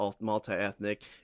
multi-ethnic